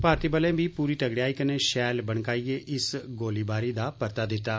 भारती बलें बी पूरी तगड़ेयाई कन्नै षैल बनकाइयै इस गोलीबारी दा परता दित्ता